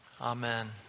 Amen